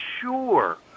sure